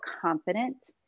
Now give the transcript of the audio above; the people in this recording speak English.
confident